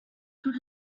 good